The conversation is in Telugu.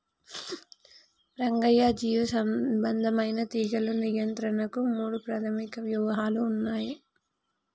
రంగయ్య జీవసంబంధమైన తీగలు నియంత్రణకు మూడు ప్రాధమిక వ్యూహాలు ఉన్నయి